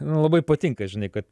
labai patinka žinai kad